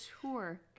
tour